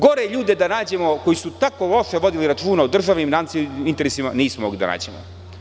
Gore ljude da nađemo koji su tako loše vodili računa o državnim i nacionalnim interesima nismo mogli da nađemo.